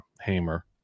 hammer